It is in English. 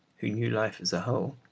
who knew life as a whole,